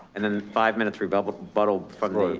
and then five minutes we bubbled bottled funding,